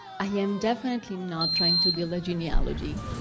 i am definitely not trying to build a genealogy.